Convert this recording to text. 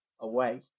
away